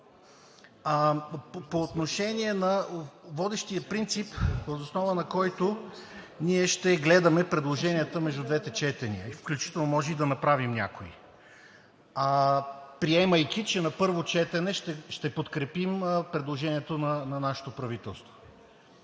по отношение на водещия принцип, въз основа на който ние ще гледаме предложенията между двете четения, включително може и да направим някои, приемайки, че на първо четене ще подкрепим предложението на нашето правителство.